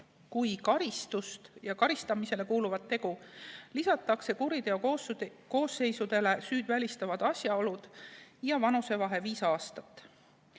käitlemist kui karistamisele kuuluvat tegu, lisatakse kuriteokoosseisudele süüd välistavad asjaolud ja vanusevahe viis aastat.